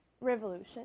revolution